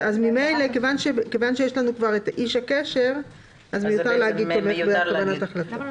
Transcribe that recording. מכיוון שיש לנו כבר את איש הקשר אז מיותר להגיד "תומך בקבלת החלטות".